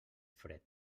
fred